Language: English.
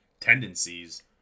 tendencies